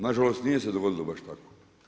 Nažalost nije se dogodilo baš tako.